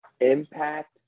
impact